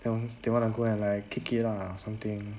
and they want to go and like kick it ah something